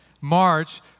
March